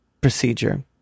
procedure